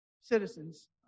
citizens